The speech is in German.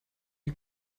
die